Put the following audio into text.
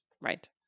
Right